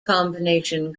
combination